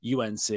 UNC